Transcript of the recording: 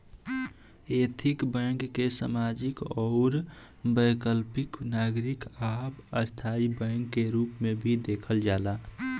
ethical banking के सामाजिक आउर वैकल्पिक नागरिक आ स्थाई बैंक के रूप में भी देखल जाला